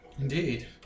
Indeed